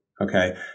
okay